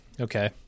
Okay